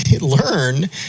learn